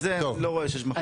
על זה אני לא רואה שיש מחלוקת.